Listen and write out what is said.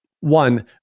one